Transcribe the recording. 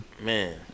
Man